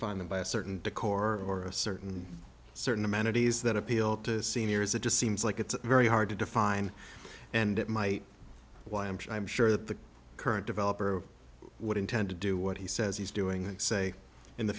fine them by a certain decor or a certain certain amenities that appeal to seniors it just seems like it's very hard to define and it might why i'm sure i'm sure that the current developer would intend to do what he says he's doing and say in the